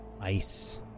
Ice